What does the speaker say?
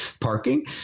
parking